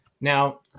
now